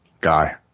guy